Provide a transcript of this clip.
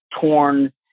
torn